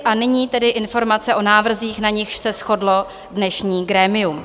A nyní tedy informace o návrzích, na nichž se shodlo dnešní grémium.